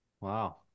wow